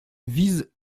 vise